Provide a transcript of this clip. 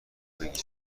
بگیر